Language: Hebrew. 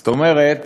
זאת אומרת